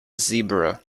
zebra